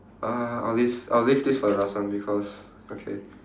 uh I'll leave I'll leave this for the last one because okay